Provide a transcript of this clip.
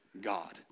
God